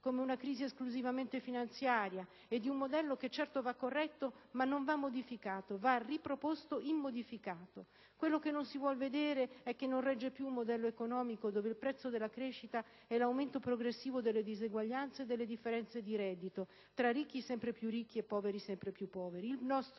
come una crisi esclusivamente finanziaria e di un modello che certo va corretto ma non va modificato. Quello che non si vuol vedere è che non regge più un modello economico dove il prezzo della crescita è l'aumento progressivo delle diseguaglianze e delle differenze di reddito tra ricchi sempre più ricchi e poveri sempre più poveri.